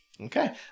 Okay